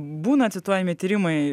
būna cituojami tyrimai